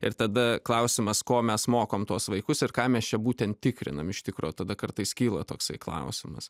ir tada klausimas ko mes mokam tuos vaikus ir ką mes čia būtent tikrinam iš tikro tada kartais kyla toksai klausimas